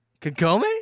Kagome